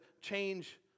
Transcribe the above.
change